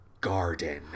garden